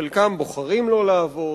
חלקם בוחרים שלא לעבוד,